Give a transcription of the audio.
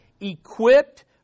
equipped